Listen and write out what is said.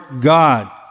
God